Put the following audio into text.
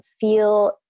Feel